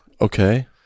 okay